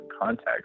context